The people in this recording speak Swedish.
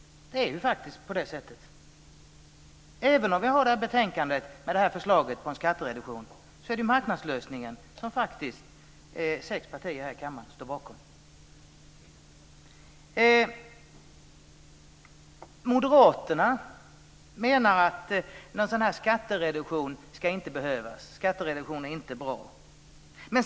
Det är faktiskt på det sättet. Även om vi har det här betänkandet med förslag om skattereduktion är det marknadslösningen som sex partier här i kammaren står bakom. Moderaterna menar att en sådan här skattereduktion inte ska behövas. Skattereduktion är inte bra.